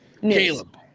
Caleb